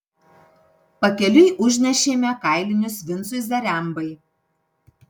pakeliui užnešėme kailinius vincui zarembai